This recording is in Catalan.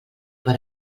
per